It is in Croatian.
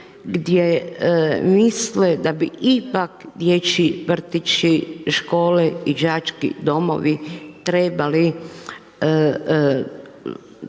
gdje misle da bi ipak dječji vrtići, škole i đački domovi trebali